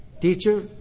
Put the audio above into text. teacher